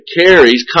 carries